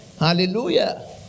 Hallelujah